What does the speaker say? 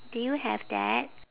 do you have that